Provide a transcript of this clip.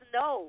no